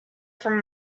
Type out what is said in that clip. from